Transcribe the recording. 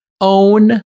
Own